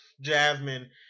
Jasmine